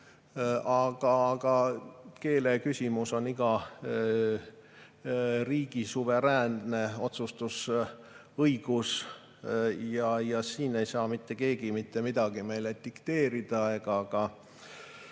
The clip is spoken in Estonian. keeleküsimus on iga riigi suveräänne otsustusõigus ja siin ei saa mitte keegi mitte midagi meile dikteerida ega